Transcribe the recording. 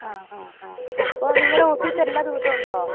ആ ആ ആ അപ്പോള് നിങ്ങളുടെ ഓഫീസ് എല്ലാ ദിവസവുമുണ്ടോ